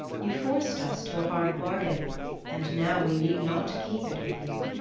you forced us to a hard bargain and now we need not keep it with you.